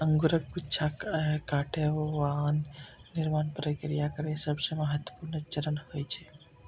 अंगूरक गुच्छाक कटाइ वाइन निर्माण प्रक्रिया केर सबसं महत्वपूर्ण चरण होइ छै